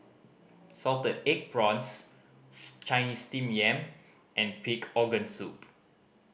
salted egg prawns Chinese Steamed Yam and pig organ soup